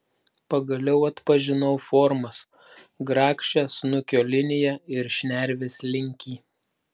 pagaliau atpažinau formas grakščią snukio liniją ir šnervės linkį